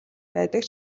байдаг